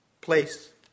place